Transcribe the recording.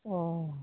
অঁ